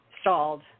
stalled